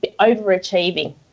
overachieving